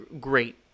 great